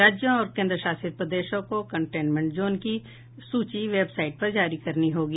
राज्यों और केंद्र शासित प्रदेशों को कंटेन्मेंट जोन की सूची वेबसाइट पर जारी करनी होगी